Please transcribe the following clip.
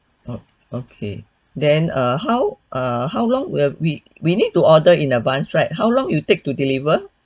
oh okay then err how err how long we have we we need to order in advance right how long you take to deliver